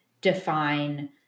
define